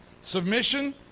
Submission